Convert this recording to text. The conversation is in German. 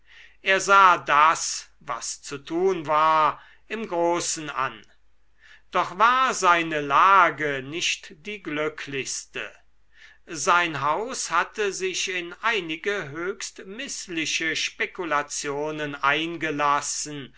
er sah das was zu tun war im großen an doch war seine lage nicht die glücklichste sein haus hatte sich in einige höchst mißliche spekulationen eingelassen